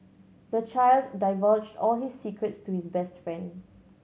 the child divulged all his secrets to his best friend